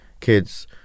kids